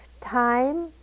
time